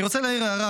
אני רוצה להעיר הערה.